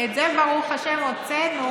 את זה ברוך השם הוצאנו.